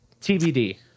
TBD